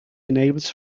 enables